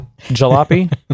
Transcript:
jalopy